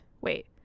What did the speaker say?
Wait